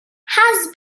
has